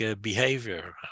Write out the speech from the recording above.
behavior